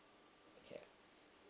yeah